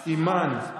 אימאן.